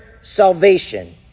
salvation